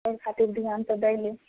ओहि खातिर तऽ ध्यान तऽ दै लेल छियै